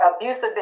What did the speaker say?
abusive